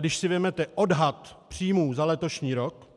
Když si vezmete odhad příjmů za letošní rok,